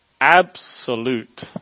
absolute